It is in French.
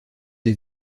des